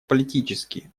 политический